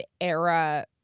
era